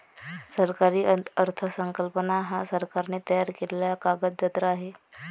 सरकारी अर्थसंकल्प हा सरकारने तयार केलेला कागदजत्र आहे